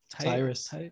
Tyrus